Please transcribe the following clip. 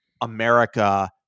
America